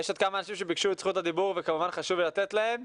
יש עוד כמה אנשים שביקשו את זכות הדיבור וכמובן חשוב לי לתת להם.